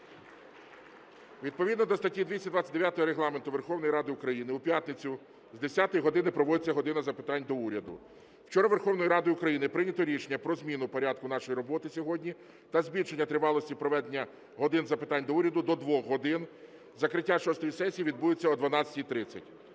Відповідно до статті 229 Регламенту Верховної Ради України у п'ятницю з 10-ї години проводиться "година запитань до Уряду". Вчора Верховною Радою України прийнято рішення про зміну порядку нашої роботи сьогодні та збільшення тривалості проведення "години запитань до Уряду" до 2 годин. Закриття шостої сесії відбудеться о 12:30.